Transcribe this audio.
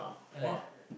and then